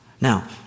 Now